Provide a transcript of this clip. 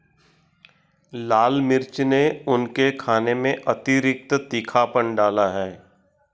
लाल मिर्च ने उनके खाने में अतिरिक्त तीखापन डाला है